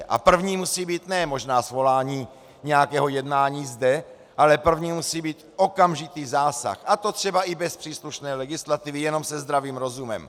A první musí být ne možná svolání nějakého jednání zde, ale první musí být okamžitý zásah, a to třeba i bez příslušné legislativy, jenom se zdravým rozumem.